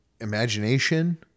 imagination